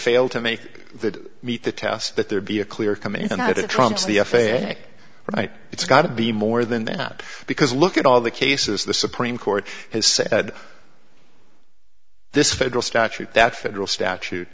fail to make that meet the test that there be a clear coming out of it trumps the f a a right it's got to be more than that because look at all the cases the supreme court has said this federal statute that federal statute